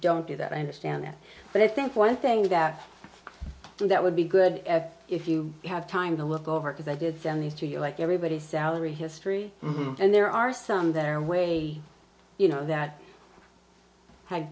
don't do that i understand that but i think one thing that that would be good if you have time to look over because i did send these to you like everybody salary history and there are some there way you know that ha